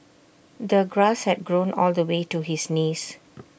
the grass had grown on the way to his knees